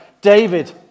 David